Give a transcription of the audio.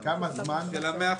תוך כמה זמן יינתנו תוצאות?